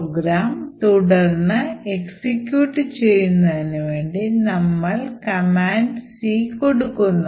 programme തുടർന്ന് execute ചെയ്യുന്നതിന് വേണ്ടി നമ്മൾ കമാൻഡ് C കൊടുക്കുന്നു